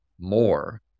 more